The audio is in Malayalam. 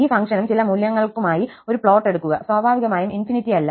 ഈ ഫംഗ്ഷനും ചില മൂല്യങ്ങൾക്കുമായി ഒരു പ്ലോട്ട് എടുക്കുക സ്വാഭാവികമായും ∞ അല്ല